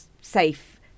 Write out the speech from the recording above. safe